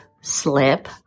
slip